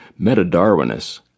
Metadarwinists